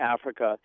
Africa